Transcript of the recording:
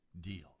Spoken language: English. deal